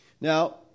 Now